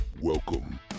welcome